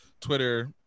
Twitter